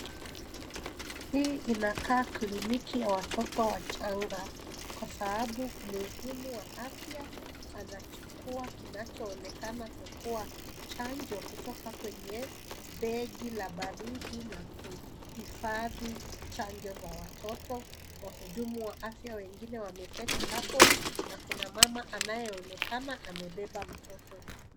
Hii inakaa kliniki ya watoto wachanga kwa sababu mhudumu wa afya anachukua kinachoonekana kukuwa chanjo kutoka kwenye begi la baridi la kuhifadhi chanjo za watoto. Wahudumu wa afya wengine wameketi hapo na kuna mama anayeonekana amebeba mtoto.